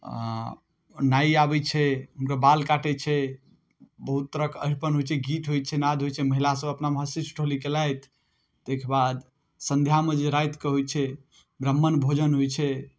नहि आबै छै हुनकर बाल काटैत छै बहुत तरहक अरिपन होइ छै गीत होइ छै नाद होइ छै महिलासभ अपनामे हँसी ठिठोली कएलथि ताहिके बाद सन्ध्यामे जे रातिके होइ छै ब्राह्मण भोजन होइ छै